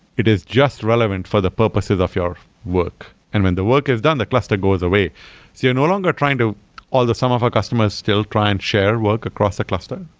it is just relevant for the purposes of your work. and when the work is done, the cluster goes away. so you're no longer trying to although some of our customers still try and share work across a cluster.